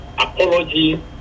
Apology